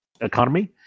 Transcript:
economy